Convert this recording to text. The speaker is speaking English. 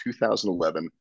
2011